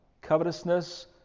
covetousness